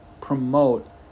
promote